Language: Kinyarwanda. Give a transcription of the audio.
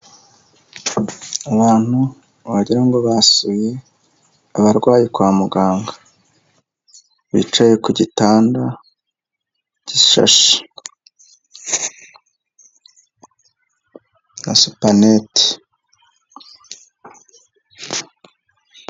Abantu wagirango basuye abarwaye kwa muganga, bicaye ku gitanda gishashe na supanete.